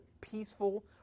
peaceful